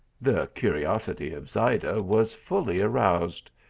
the curiosity of zayda was fully aroused.